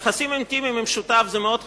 יחסים אינטימיים עם שותף זה מאוד חשוב,